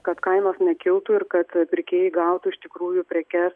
kad kainos nekiltų ir kad pirkėjai gautų iš tikrųjų prekes